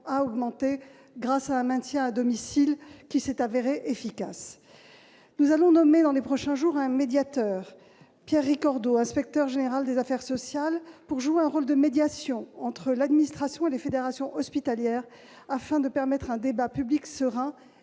a augmenté grâce à un maintien à domicile qui s'est révélé efficace. Nous allons nommer un médiateur dans les prochains jours : M. Pierre Ricordeau, inspecteur général des affaires sociales, facilitera le dialogue entre l'administration et les fédérations hospitalières, afin de permettre un débat public serein